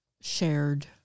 shared